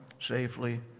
safely